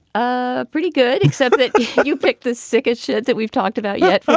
ah pretty good, except that you picked the sickest shit that we've talked about yet.